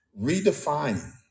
redefining